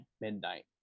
midnight